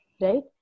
Right